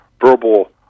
verbal